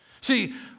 See